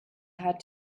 had